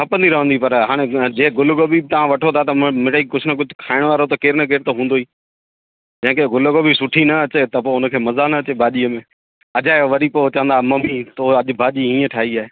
खपंदी रहंदी पर हाणे जे गुलु गोभी बि तव्हां वठो था त म मिड़ई कुझु न कुझु खाइणु वारो त केरु न केरु त हूंदो ई जऐं खे गुल गोभी सुठी न अचे त पोइ उन खे मज़ा न अचे भाॼीअ में अजायो वरी पोइ चवंदा मम्मी तो अॼु भाॼी हीअं ठाही आहे